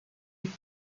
est